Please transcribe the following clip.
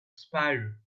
spider